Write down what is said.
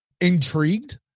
intrigued